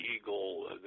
eagle